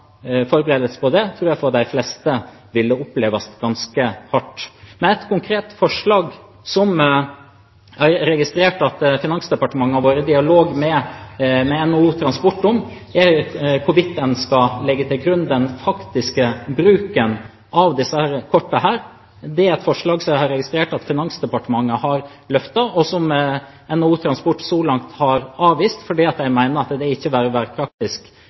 forberedelse på det, tror jeg dette ville oppleves ganske hardt for de fleste. Men et konkret forslag, som jeg har registrert at Finansdepartementet har vært i dialog med NHO Transport om, er hvorvidt en skal legge til grunn den faktiske bruken av disse kortene. Det er et forslag som jeg har registrert at Finansdepartementet har løftet, og som NHO Transport så langt har avvist fordi de mener at det ikke vil være praktisk